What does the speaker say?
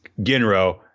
Ginro